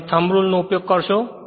તમે થંબ રુલનો ઉપયોગ કરશો